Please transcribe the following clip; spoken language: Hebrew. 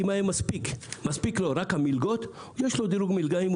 אם היו מספיקות לו רק המלגות, יש לו דירוג מלגאים.